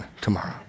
tomorrow